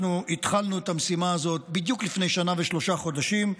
אנחנו התחלנו את המשימה הזאת בדיוק לפני שנה ושלושה חודשים,